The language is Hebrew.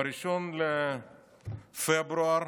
ב-1 בפברואר